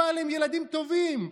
אבל הם ילדים טובים.